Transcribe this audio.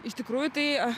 iš tikrųjų tai